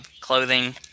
clothing